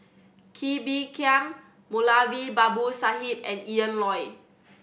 Kee Bee Khim Moulavi Babu Sahib and Ian Loy